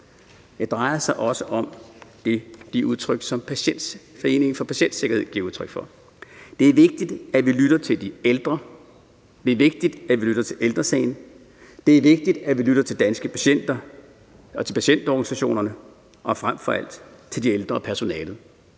Det drejer sig også om det, Dansk Selskab for Patientsikkerhed giver udtryk for. Det er vigtigt, at vi lytter til de ældre. Det er vigtigt, at vi lytter til Ældre Sagen. Det er vigtigt, at vi lytter til danske patienter og til patientorganisationerne og frem for alt til de ældre og personalet